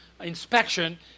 inspection